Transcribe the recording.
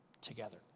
together